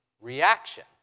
reaction